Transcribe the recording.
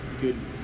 good